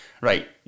right